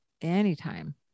anytime